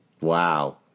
Wow